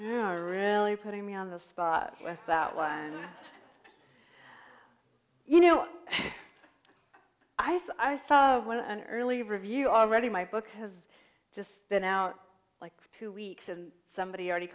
yeah really putting me on the spot with that one and you know i saw one on early review already my book has just been out like two weeks and somebody already